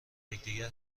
یکدیگر